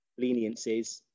leniencies